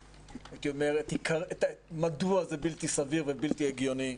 את עיקרי הטיעונים מדוע זה בלתי סביר ובלתי הגיוני,